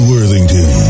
Worthington